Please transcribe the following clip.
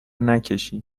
نکشی